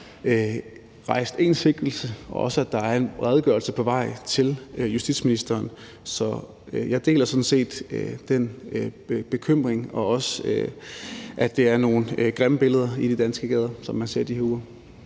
rejst én sigtelse, og også, at der er en redegørelse på vej til justitsministeren. Så jeg deler sådan set den bekymring og også, at det er nogle grimme billeder i de danske gader, som man ser i de her uger.